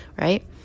Right